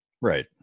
Right